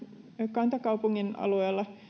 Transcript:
kantakaupungin alueella oli paljon siitä